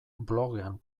blogean